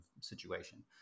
situation